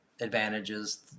advantages